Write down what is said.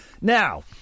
Now